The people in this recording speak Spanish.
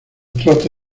trote